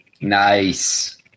Nice